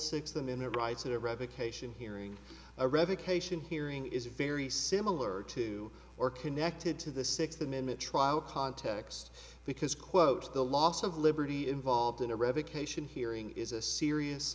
six them in their rights that revocation hearing a revocation hearing is very similar to or connected to the sixth amendment trial context because quote the loss of liberty involved in a revocation hearing is a serious